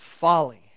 folly